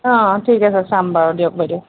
অ ঠিক আছে চাম বাৰু দিয়ক বাইদেউ